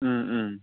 ꯎꯝ ꯎꯝ